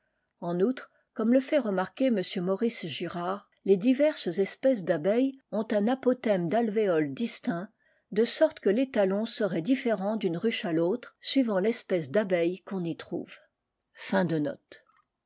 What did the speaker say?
en b comme le fait remarquer m maurice girard les rses espèces d'abeilles ont un apothème d'alvéole dis de sorte que l'étalon serait différent d'une ruche à i re suivant l'espèce d'abeilles qui s'y trouve